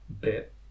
bit